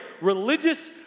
religious